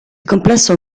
complesso